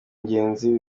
ingenzi